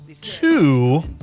Two